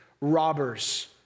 robbers